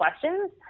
questions